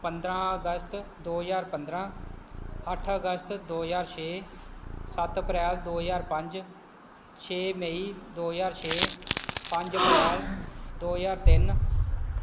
ਪੰਦਰ੍ਹਾਂ ਅਗਸਤ ਦੋ ਹਜ਼ਾਰ ਪੰਦਰ੍ਹਾਂ ਅੱਠ ਅਗਸਤ ਦੋ ਹਜ਼ਾਰ ਛੇ ਸੱਤ ਅਪ੍ਰੈਲ ਦੋ ਹਜ਼ਾਰ ਪੰਜ ਛੇ ਮਈ ਦੋ ਹਜ਼ਾਰ ਛੇ ਪੰਜ ਅਪ੍ਰੈਲ ਦੋ ਹਜ਼ਾਰ ਤਿੰਨ